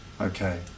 Okay